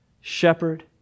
shepherd